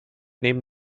neben